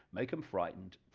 make them frightened,